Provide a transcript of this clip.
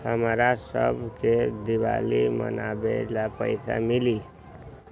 हमरा शव के दिवाली मनावेला पैसा मिली?